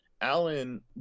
Allen